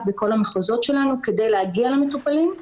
בכל המחוזות שלנו כדי להגיע למטופלים,